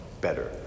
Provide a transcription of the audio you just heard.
better